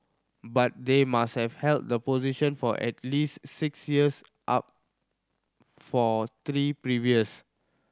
but they must have held the position for at least six years up for three previous